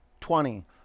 Twenty